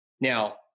Now